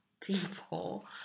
people